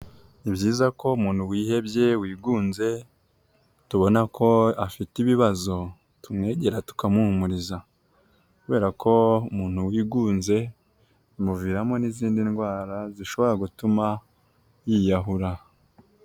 Ni byiza ko umuntu wihebye, wigunze, tubona ko afite ibibazo, tumwegera tukamuhumuriza. Kubera ko umuntu wigunze, bimuviramo n'izindi ndwara zishobora gutuma yiyahura.